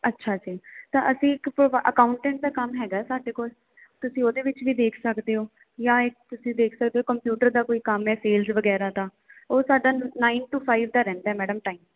ਅੱਛਾ ਜੀ ਤਾਂ ਅਸੀਂ ਇੱਕ ਅਕਾਊਂਟੈਂਟ ਦਾ ਕੰਮ ਹੈਗਾ ਸਾਡੇ ਕੋਲ ਤੁਸੀਂ ਉਹਦੇ ਵਿੱਚ ਵੀ ਦੇਖ ਸਕਦੇ ਹੋ ਜਾਂ ਇੱਕ ਤੁਸੀਂ ਦੇਖ ਸਕਦੇ ਹੋ ਕੰਪਿਊਟਰ ਦਾ ਕੋਈ ਕੰਮ ਹੈ ਫੀਲਡ ਵਗੈਰਾ ਦਾ ਉਹ ਸਾਡਾ ਨਾਈਨ ਟੂ ਫਾਈਵ ਦਾ ਰਹਿੰਦਾ ਮੈਡਮ ਟਾਈਮ